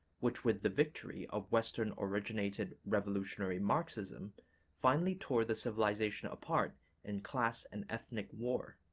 which with the victory of western-originated revolutionary marxism finally tore the civilization apart in class and ethnic war.